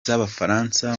z’abafaransa